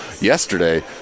yesterday